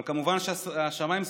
אבל כמובן השמיים סגורים.